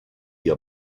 you